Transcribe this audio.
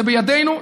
זה בידינו.